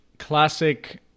classic